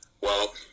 well-